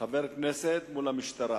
חבר כנסת מול המשטרה.